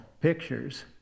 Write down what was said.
pictures